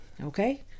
okay